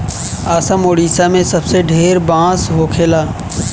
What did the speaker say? असम, ओडिसा मे सबसे ढेर बांस होखेला